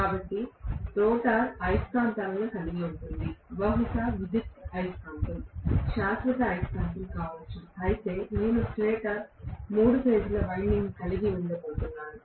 కాబట్టి రోటర్ అయస్కాంతాలను కలిగి ఉంటుంది బహుశా విద్యుదయస్కాంతం శాశ్వత అయస్కాంతం కావచ్చు అయితే నేను స్టేటర్ మూడు ఫేజ్ ల వైండింగ్ కలిగి ఉండబోతున్నాను